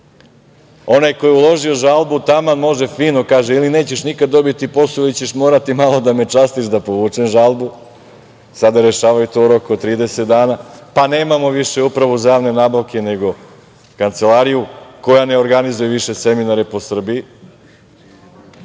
onaj ko je uložio žalbu fino kaže – ili nećeš nikada dobiti posao, već ćeš morati malo da me častiš da povučem žalbu. Sada rešavaju to u roku od 30 dana. Nemamo više Upravu za javne nabavke, nego Kancelariju koja ne organizuje više seminare po Srbiji